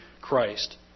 Christ